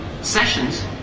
sessions